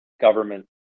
government